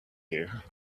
here